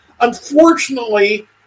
unfortunately